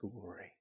glory